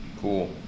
Cool